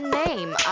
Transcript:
name